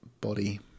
Body